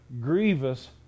grievous